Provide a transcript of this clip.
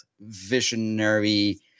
visionary